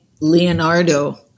Leonardo